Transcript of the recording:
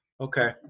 Okay